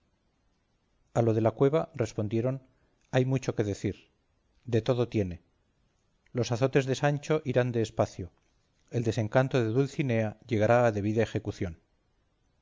a lo de la cueva respondieron hay mucho que decir de todo tiene los azotes de sancho irán de espacio el desencanto de dulcinea llegará a debida ejecución